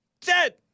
Dead